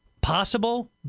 possible